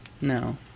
No